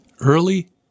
Early